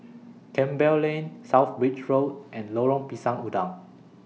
Campbell Lane South Bridge Road and Lorong Pisang Udang